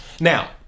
Now